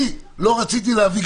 אני לא רציתי להביא.